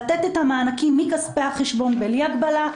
לתת את המענקים מכספי החשבון בלי הגבלה.".